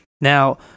Now